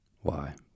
Why